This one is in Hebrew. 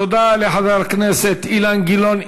תודה לחבר הכנסת אילן גילאון.